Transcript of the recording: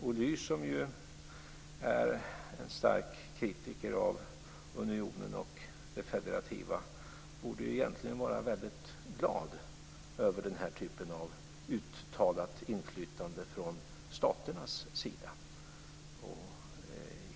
Ohly som är en stark kritiker av unionen och det federativa borde egentligen vara väldigt glad över den typen av uttalat inflytande från staternas sida.